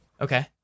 Okay